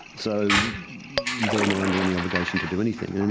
so they are not under any obligation to do anything. and and